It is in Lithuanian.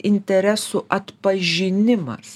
interesų atpažinimas